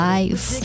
Life